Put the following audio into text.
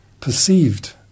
perceived